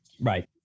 Right